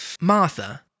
Martha